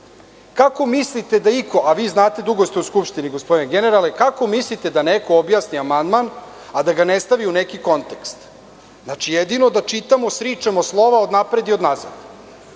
mislite da iko, a vi znate, dugo ste u Skupštini, gospodine generale, kako mislite da neko objasni amandman a da ga ne stavi u neki kontekst? Znači, jedino da čitamo, sričemo slova od napred i od nazad. Kada